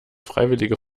freiwillige